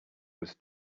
was